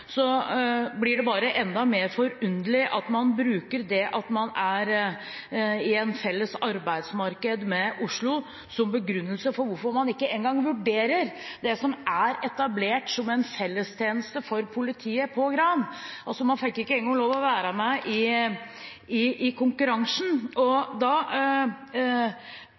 blir det bare enda mer forunderlig at man bruker det at man er i et felles arbeidsmarked med Oslo som begrunnelse for at man ikke engang vurderer det som er etablert som en fellestjeneste for politiet på Gran. Man fikk ikke engang lov til å være med i